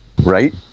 right